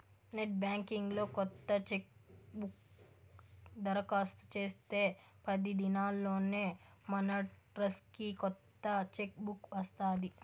net banking లో కొత్త chequebook దరకాస్తు చేస్తే పది దినాల్లోనే మనడ్రస్కి కొత్త చెక్ బుక్ వస్తాది